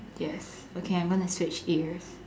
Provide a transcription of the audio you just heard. yes okay I'm gonna switch ears